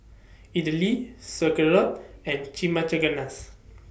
Idili Sauerkraut and